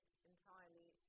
entirely